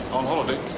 on holiday?